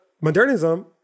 modernism